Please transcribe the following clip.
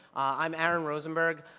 i'm aaron rosenberg,